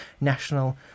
National